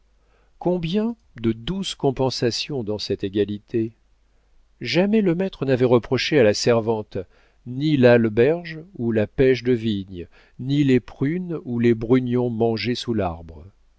combien de douces compensations dans cette égalité jamais le maître n'avait reproché à la servante ni l'alberge ou la pêche de vigne ni les prunes ou les brugnons mangés sous l'arbre